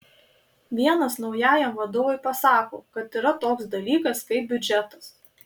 vienas naujajam vadovui pasako kad yra toks dalykas kaip biudžetas